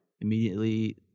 immediately